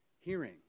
hearing